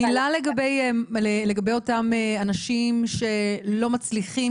מילה לגבי אותם אנשים שלא מצליחים,